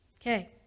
Okay